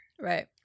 right